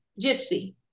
gypsy